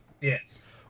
Yes